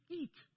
eat